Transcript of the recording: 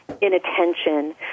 inattention